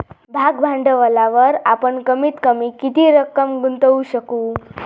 भाग भांडवलावर आपण कमीत कमी किती रक्कम गुंतवू शकू?